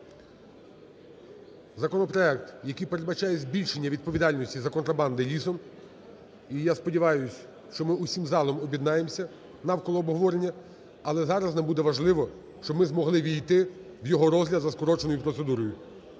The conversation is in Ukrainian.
Законопроект, який передбачає збільшення відповідальності за контрабанду лісом, і я сподіваюсь, що ми всім залом об'єднаємося навколо обговорення. Але зараз нам буде важливо, щоб ми змогли ввійти в його розгляд за скороченою процедурою.